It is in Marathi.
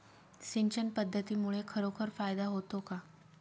सिंचन पद्धतीमुळे खरोखर फायदा होतो का?